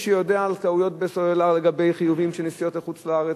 מי שיודע על טעויות בסלולרי לגבי חיובים של נסיעות לחוץ-לארץ,